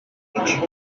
passage